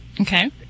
Okay